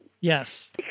Yes